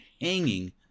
hanging